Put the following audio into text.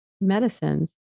medicines